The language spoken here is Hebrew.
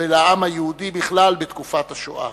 ולעם היהודי בכלל בתקופת השואה.